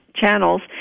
channels